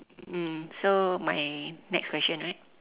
mm so my next question right